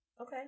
Okay